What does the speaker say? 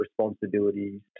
responsibilities